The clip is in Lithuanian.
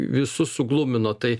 visus suglumino tai